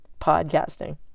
Podcasting